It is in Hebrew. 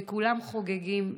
וכולם חוגגים,